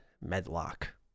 Medlock